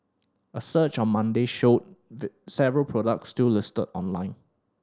a search on Monday showed several products still listed online